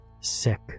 Sick